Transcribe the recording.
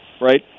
Right